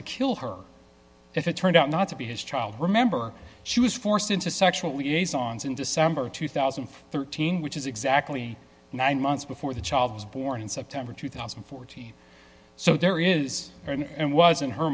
to kill her if it turned out not to be his child remember she was forced into sexual liaisons in december two thousand and thirteen which is exactly nine months before the child was born in september two thousand and fourteen so there is and was in her